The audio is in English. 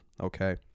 Okay